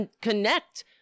connect